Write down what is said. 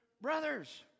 brothers